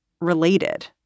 related